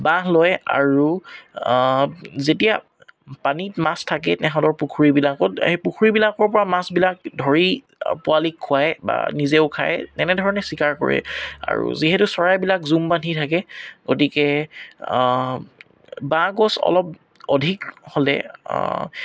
বাহ লয় যেতিয়া পানীত মাছ থাকেই তাঁহাতৰ পুখুৰীবিলাকত সেই পুখুৰীবিলাকৰ পৰা মাছবিলাক ধৰি পোৱালিক খুৱায় বা নিজেও খায় তেনেধৰণে চিকাৰ কৰে আৰু যিহেতু চৰাইবিলাক জুম বান্ধি থাকে গতিকে বাঁহ গছ অলপ অধিক হ'লে